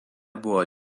buvo